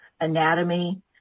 anatomy